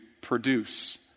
produce